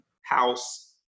house